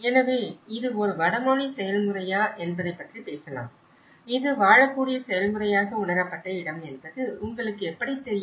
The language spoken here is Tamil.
எனவே இது ஒரு வடமொழி செயல்முறையா என்பதைப் பற்றி பேசலாம் இது வாழக்கூடிய செயல்முறையாக உணரப்பட்ட இடம் என்பது உங்களுக்கு எப்படி தெரியும்